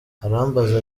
arambaza